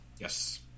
Yes